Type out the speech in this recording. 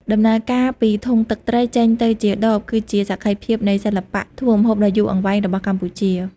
ដំណើរការពី ធុងទឹកត្រី ចេញទៅជា ដប គឺជាសក្ខីភាពនៃសិល្បៈធ្វើម្ហូបដ៏យូរអង្វែងរបស់កម្ពុជា។